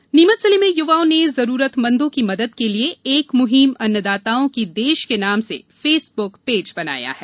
नीमच म्हिम नीमच जिले में य्वाओं ने जरुरतमंदों की मदद के लिए एक म्हिम अन्नदाताओं की देश के नाम से फेसब्क पेज बनाया है